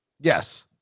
yes